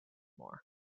more